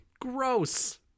Gross